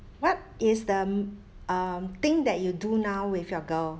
what is the um thing that you do now with your girl